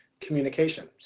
communications